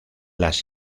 las